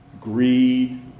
Greed